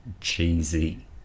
cheesy